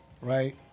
right